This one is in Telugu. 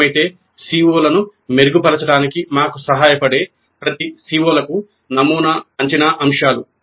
అవసరమైతే CO లను మెరుగుపరచడానికి మాకు సహాయపడే ప్రతి CO లకు నమూనా అంచనా అంశాలు